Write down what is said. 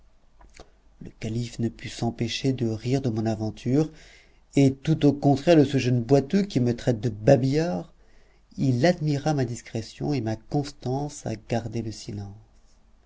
le calife ne put s'empêcher de rire de mon aventure et tout au contraire de ce jeune boiteux qui me traite de babillard il admira ma discrétion et ma constance à garder le silence